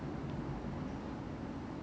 I pre~ not okay lah K_F_C